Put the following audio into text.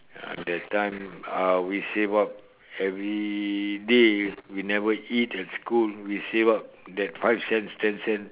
ya that time uh we save up everyday we never eat at school we save up that five cents ten cents